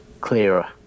clearer